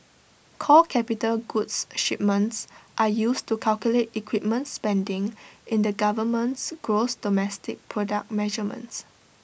core capital goods shipments are used to calculate equipment spending in the government's gross domestic product measurements